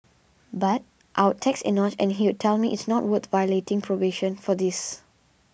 but I'd text Enoch and he'd tell me it is not worth violating probation for this